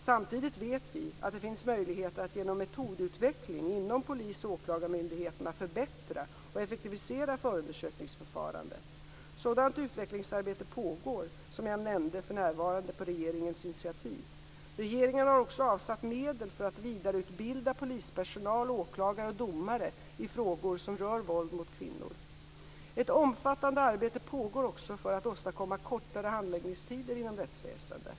Samtidigt vet vi att det finns möjligheter att genom metodutveckling inom polis och åklagarmyndigheterna förbättra och effektivisera förundersökningsförfarandet. Sådant utvecklingsarbete pågår, som jag nämnde, för närvarande på regeringens initiativ. Regeringen har också avsatt medel för att vidareutbilda polispersonal, åklagare och domare i frågor som rör våld mot kvinnor. Ett omfattande arbete pågår också för att åstadkomma kortare handläggningstider inom rättsväsendet.